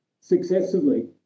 successively